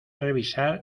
revisar